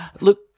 look